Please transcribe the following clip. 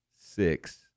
six